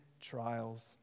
trials